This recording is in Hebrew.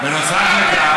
בנוסף לכך,